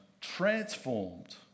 transformed